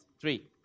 Three